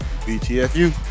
BTFU